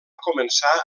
començar